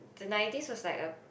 the ninety's was like a